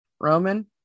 Roman